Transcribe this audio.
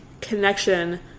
connection